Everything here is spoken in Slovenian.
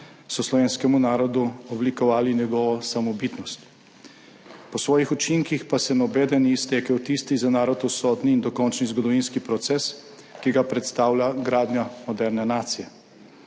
so slovenskemu narodu oblikovali njegovo samobitnost, po svojih učinkih pa se nobeden ni iztekel v tisti za narod usodni in dokončni zgodovinski proces, ki ga predstavlja gradnja moderne nacije.